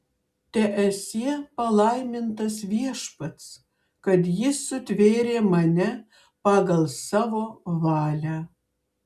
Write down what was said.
teesie palaimintas viešpats kad jis sutvėrė mane pagal savo valią